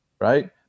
Right